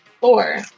Four